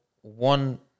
one